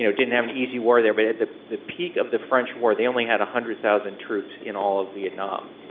you know didn't have an easy war there, but at the the peak of the french war they only had one hundred thousand troops in all of vietnam.